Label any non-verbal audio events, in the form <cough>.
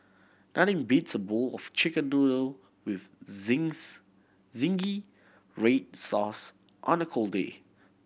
nothing beats a bowl of Chicken Noodle with <unintelligible> zingy red sauce on a cold day